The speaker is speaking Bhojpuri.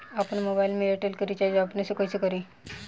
आपन मोबाइल में एयरटेल के रिचार्ज अपने से कइसे करि?